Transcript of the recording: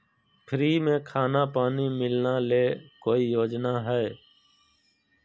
Free में खाना पानी मिलना ले कोइ योजना हय?